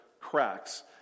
cracks